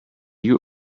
you